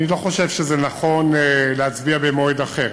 אני לא חושב שנכון להצביע במועד אחר.